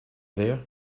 there